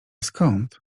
skąd